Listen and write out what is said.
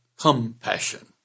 compassion